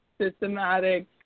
systematic